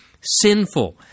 sinful